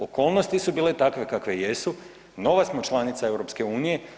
Okolnosti su bile takve kakve jesu, nova smo članica EU.